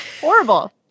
Horrible